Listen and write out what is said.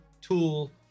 tool